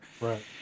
Right